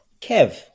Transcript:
Kev